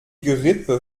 gerippe